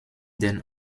den